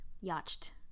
yacht